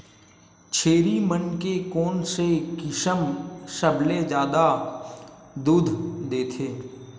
छेरी मन के कोन से किसम सबले जादा दूध देथे?